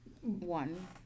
one